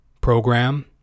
program